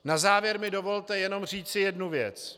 Na závěr mi dovolte jenom říci jednu věc.